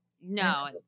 No